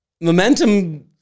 Momentum